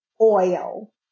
oil